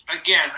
again